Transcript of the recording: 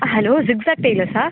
hello zigzag டெய்லர்ஸா